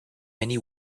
many